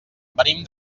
venim